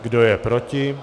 Kdo je proti?